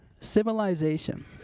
Civilization